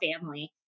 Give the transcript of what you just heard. family